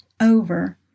over